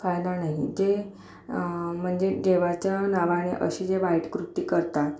कायदा नाही जे म्हणजे देवाच्या नावाने असे जे वाईट कृत्य करतात